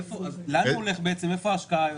איפה ההשקעה הזאת?